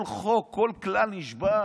כל חוק, כל כלל, נשבר.